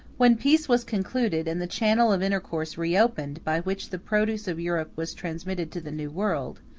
when peace was concluded, and the channel of intercourse reopened by which the produce of europe was transmitted to the new world,